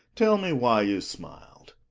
tell me why you smiled,